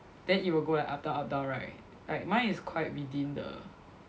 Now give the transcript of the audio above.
then it will go like up down up down right like mine is quite within the